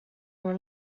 were